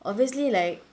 obviously like